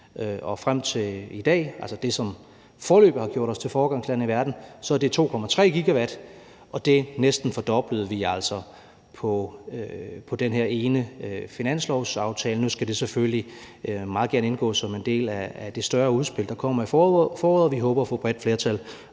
og frem til i dag, og altså det, som foreløbig har gjort os til foregangsland i verden, så er det 2,3 GW, og det fordoblede vi altså næsten på den her ene finanslovsaftale; nu skal det selvfølgelig meget gerne indgå som en del af det større udspil, der kommer til foråret, og vi håber at få bredt flertal